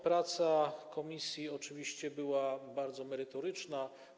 Praca w komisji oczywiście była bardzo merytoryczna.